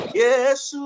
Yes